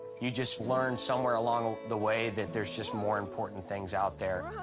you just learn somewhere along the way that there's just more important things out there.